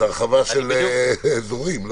זאת הרחבה של אזורים.